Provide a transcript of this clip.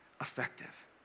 effective